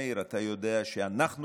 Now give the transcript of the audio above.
מאיר, אתה יודע שאנחנו,